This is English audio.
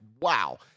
wow